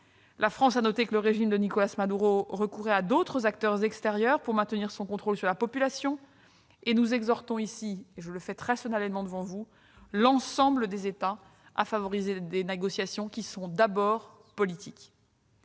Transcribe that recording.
La France a noté que le régime de Nicolás Maduro recourait à d'autres acteurs extérieurs pour maintenir son contrôle sur la population. Nous exhortons- je le fais très solennellement ici devant vous -l'ensemble des États à favoriser des négociations qui sont d'abord politiques.